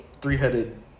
three-headed